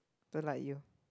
don't like you